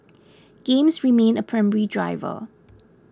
games remain a primary driver